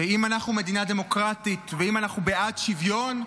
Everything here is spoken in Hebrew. שאם אנחנו מדינה דמוקרטית, ואם אנחנו בעד שוויון,